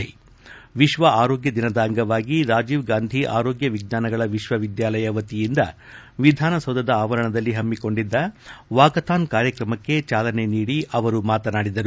ವಿಶ್ವ ಆರೋಗ್ಯ ದಿನದ ಅಂಗವಾಗಿ ರಾಜೀವ್ ಗಾಂಧಿ ಆರೋಗ್ಯ ವಿಜ್ವಾನಗಳ ವಿಶ್ವವಿದ್ಯಾಲಯ ವತಿಯಿಂದ ವಿಧಾನಸೌಧ ಆವರಣದಲ್ಲಿ ಹಮ್ಲಿಕೊಂಡಿದ್ದ ವಾಕಥಾನ್ ಕಾರ್ಯಕ್ರಮಕ್ಕೆ ಚಾಲನೆ ನೀಡಿ ಅವರು ಮಾತನಾಡಿದರು